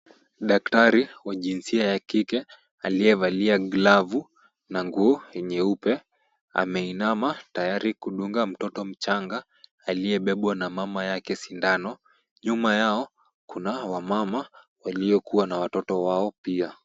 Daktari wa jinsia ya kike aliyevalia glavu na nguo nyeupe, ameinama tayari kudunga mtoto mchanga aliyebebwa na mama yake sindano. Nyuma yao kuna wamama waliokuwa na watoto wao pia.